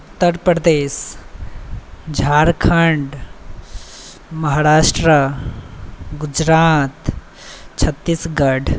Uttar Pradesh Jharkhand Maharashtra Gujarat Chhattisgarh